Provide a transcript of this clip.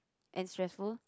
and stressful